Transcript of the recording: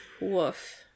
woof